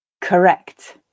correct